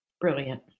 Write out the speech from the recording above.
brilliant